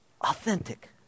Authentic